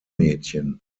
mädchen